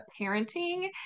Parenting